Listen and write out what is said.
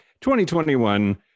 2021